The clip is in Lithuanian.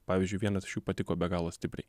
pavyzdžiui vienas iš jų patiko be galo stipriai